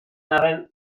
arren